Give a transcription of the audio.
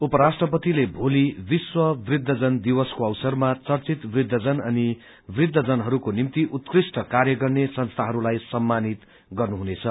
उपराष्ट्रपतिले भोली विश्व वृद्धजन दिवसको अवसरमा चर्चित वृद्धजन अनि वृद्धजनहरूको निम्ति उत्कृष्ट कार्य गर्ने संस्थाहरूलाई सम्मानित गर्नुहुनेछ